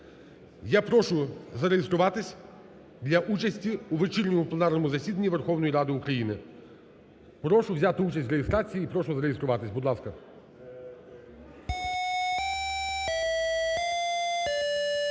Я прошу зареєструватись для участі у вечірньому пленарному засіданні Верховної Ради України. Прошу взяти участь в реєстрації і прошу зареєструватися. Будь ласка. 16:05:45 У залі